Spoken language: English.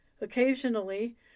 Occasionally